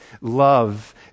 love